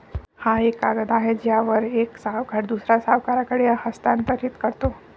हा एक कागद आहे ज्यावर एक सावकार दुसऱ्या सावकाराकडे हस्तांतरित करतो